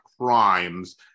crimes